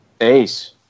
Ace